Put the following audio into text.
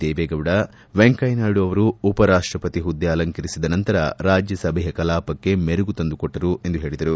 ದೇವೇಗೌಡ ವೆಂಕಯ್ಯ ನಾಯ್ದು ಅವರು ಉಪರಾಷ್ಷಪತಿ ಹುದ್ದೆ ಅಲಂಕರಿಸಿದ ನಂತರ ರಾಜ್ಯಸಭೆಯ ಕಲಾಪಕ್ಕೆ ಮೆರುಗು ತಂದು ಕೊಟ್ಟರು ಎಂದು ಹೇಳಿದರು